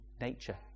nature